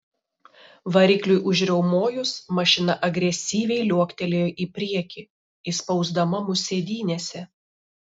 varikliui užriaumojus mašina agresyviai liuoktelėjo į priekį įspausdama mus sėdynėse